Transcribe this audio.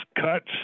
cuts